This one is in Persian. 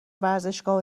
ورزشگاه